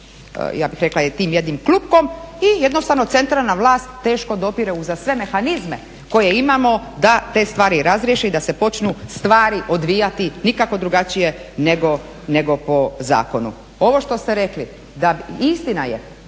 ja bih rekla tim jednim klupkom i jednostavno centralna vlast teško dopire, uza sve mehanizme koje imamo da te stvari razriješi, da se počnu stvari odvijati, nikako drugačije nego po zakonu. Ovo što ste rekli da, istina je,